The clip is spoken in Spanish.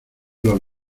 los